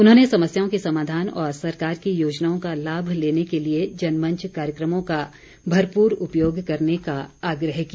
उन्होंने समस्याओं के समाधान और सरकार की योजनाओं का लाभ लेने के लिए जनमंच कार्यक्रमों का भरपूर उपयोग करने का आग्रह किया